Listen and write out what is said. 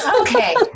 Okay